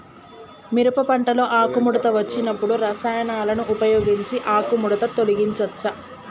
మిరప పంటలో ఆకుముడత వచ్చినప్పుడు రసాయనాలను ఉపయోగించి ఆకుముడత తొలగించచ్చా?